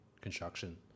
construction